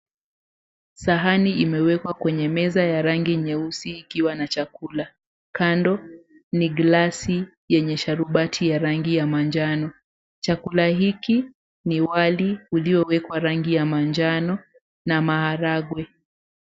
Sahani imewekwa kwenye meza ya rangi nyeusi ikiwa na chakula. Kando ni glasi yenye sharubati ya rangi ya manjano. Chakula hiki ni wali ulioweka rangi ya manjano na maharagwe.